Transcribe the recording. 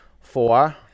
Four